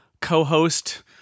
co-host